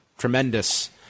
tremendous